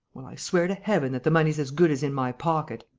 well, i swear to heaven that the money's as good as in my pocket!